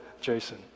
Jason